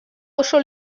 oso